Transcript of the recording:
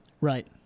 Right